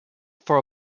for